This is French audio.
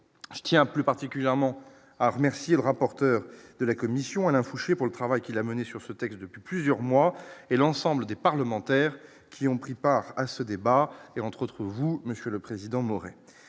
tient plus particulièrement à remercier le rapporteur de la commission Alain Fouché pour le travail qu'il a menée sur ce texte depuis plusieurs mois et l'ensemble des parlementaires qui ont pris part à ce débat et, entre autres, vous Monsieur le Président Maurer